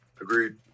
Agreed